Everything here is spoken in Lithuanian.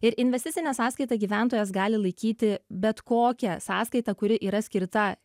ir investicinė sąskaita gyventojas gali laikyti bet kokią sąskaitą kuri yra skirta